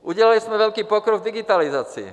Udělali jsme velký pokrok v digitalizaci.